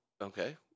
Okay